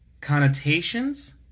connotations